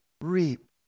reap